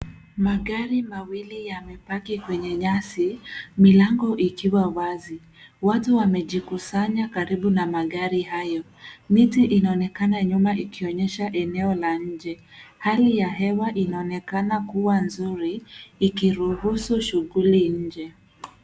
Magari mawili yamepaki kwenye nyasi, milango ikiwa wazi, watu wamejikusanya karibu na magari hayo. Miti inonekana nyuma ikionyesha eneo la nje, hali ya hewa inonekana kuwa nzuri ikiruhusu shuguli nje.